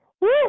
Woo